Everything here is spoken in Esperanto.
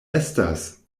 estas